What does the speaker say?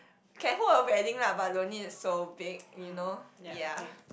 can hold a wedding lah but don't need so big you know ya